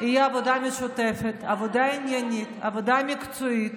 תהיה עבודה משותפת, עבודה עניינית, עבודה מקצועית.